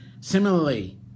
similarly